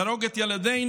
להרוג את ילדינו,